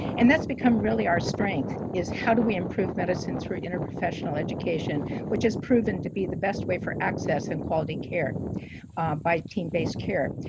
and that's become really our strength is how do we improve medicine through interprofessional education, which has proven to be the best way for access and quality care by team based care.